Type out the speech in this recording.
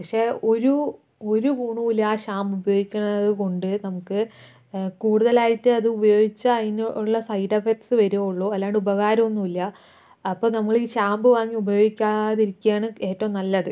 പക്ഷേ ഒരു ഒരു ഗുണവുമില്ല ആ ഷാമ്പു ഉപയോഗിക്കുന്ന കൊണ്ട് നമുക്ക് കൂടുതലായിട്ട് അത് ഉപയോഗിച്ചാൽ അതിനുള്ള സൈഡ് എഫക്ട് വരികയുള്ളൂ അല്ലാണ്ട് ഉപകാരമൊന്നുമില്ല അപ്പോൾ നമ്മള് ഈ ഷാമ്പു വാങ്ങി ഉപയോഗിക്കാതിരിക്കുകയാണ് ഏറ്റവും നല്ലത്